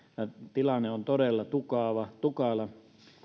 tilanne on todella tukala tukala